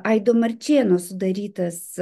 aido marčėno sudarytas